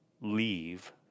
leave